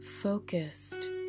focused